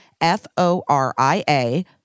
F-O-R-I-A